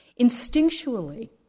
Instinctually